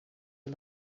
you